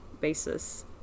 basis